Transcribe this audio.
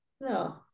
No